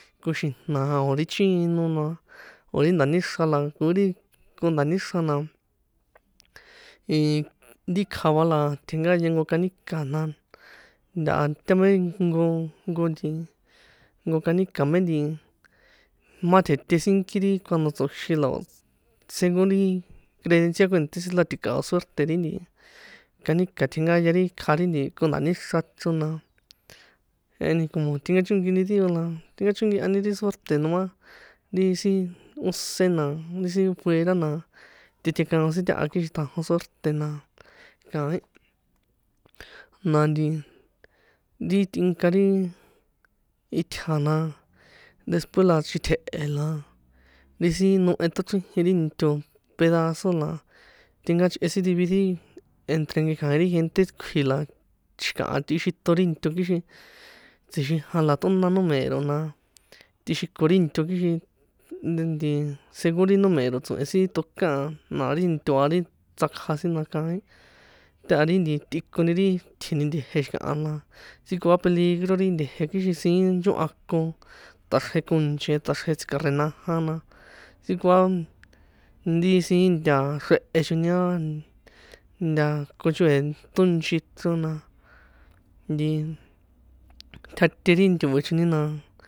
Koxi̱jna̱ a ó ri chino na o̱ ri nda̱níxra la, koi ri konda̱níxra na ri kja va la tjenkaya nko canica na ntaha ta me jnko ijnko nti nko canica me nti ma tjete sinki ri cuando tso̱xin la o̱ según ri credencial kuènṭé sin la tika̱o suerte ri nti canica tjenkaya ri kja ri nti konda̱níxra chro na, jeheni como tinkachókini dío la tinkachonkihani ri suerte noma ri sin ósé na, ri sin fuera na, titekaon sin taha kixin ṭjajon suèrṭe̱ na kaín, na nti, ri tꞌinka ri itja̱ na después la xitje̱he̱ la, ri sin nohe ṭochríjin ri nto pedazo, la tinka chꞌe sin dividir entre nkekja̱in ri gente kjui̱, la xi̱kaha tꞌixiṭon ri nto kixin, tsixinjan la ṭꞌona numero na tꞌixiko ri nto kixin, nti según ri numero tso̱hen sin ṭokan a, na ri nto a ri ṭsakja sin na kaín, taha ri nti tꞌikoni ri tji̱ni nte̱je̱ xi̱kaha na, ntsikoa peligro rin te̱je̱ kixin siín nchoha ko, ṭꞌaxrje konche, ṭꞌaxrje tsikare naja na, ntsikoa ri siín nta xrehe choni a, nta koncho̱e ṭónchi chro na nti tjate ri nto̱e choni na.